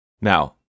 Now